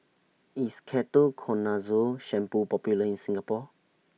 IS Ketoconazole Shampoo Popular in Singapore